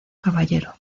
caballero